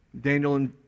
Daniel